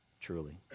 truly